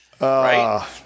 Right